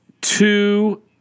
Two